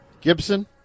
Gibson